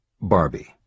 Barbie